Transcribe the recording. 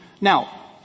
Now